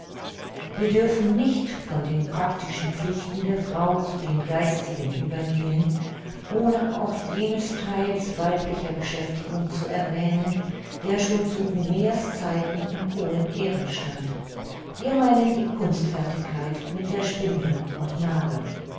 wir dürfen nicht von den praktischen pflichten der frau zu den geistigen übergehen ohne auch jenes theils weiblicher beschäftigung zu erwähnen der schon zu homer's zeiten in hohen ehren stand wir meinen die kunstfertigkeit mit der spindel und nadel